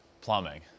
plumbing